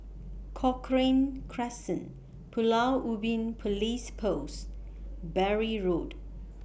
Cochrane Crescent Pulau Ubin Police Post Bury Road